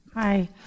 Hi